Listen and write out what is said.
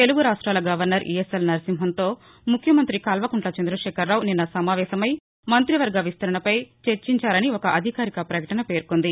తెలుగు రాష్ట్రాల governor ESL నరసింహన్తో ముఖ్యమంత్రి కల్వకుంట్ల చంద్రశేఖరరావు నిన్న సమావేశమై మంతివర్గ విస్తరణపై చర్చించారని ఒక అధికారిక పకటన పేర్కొంది